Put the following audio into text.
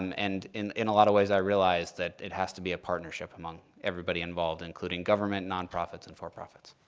and and in in a lot of ways i realized that it has to be a partnership among everybody involved, including government, nonprofits, and for-profits.